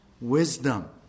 wisdom